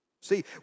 See